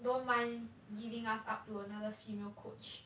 don't mind giving us up to another female coach